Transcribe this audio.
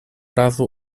razu